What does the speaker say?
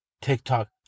TikTok